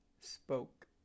Spoke